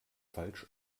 falsch